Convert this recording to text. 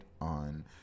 on